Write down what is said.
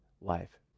life